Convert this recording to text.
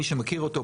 מי שמכיר אותו,